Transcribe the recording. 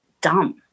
dumb